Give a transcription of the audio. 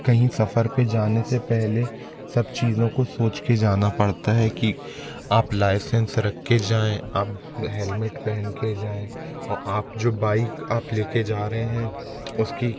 कहीं सफर पे जाने से पहले सब चीज़ों को सोच के जाना पड़ता है कि आप लायसेंस रख के जाऍं आप हेलमेट पहन के जाऍं और आप जो बाइक आप लेके जा रहे हैं उसकी